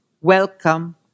Welcome